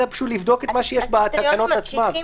אלא פשוט לבדוק את מה שיש בתקנות עצמן